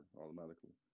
automatically